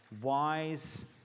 wise